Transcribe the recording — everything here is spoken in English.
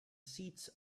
seats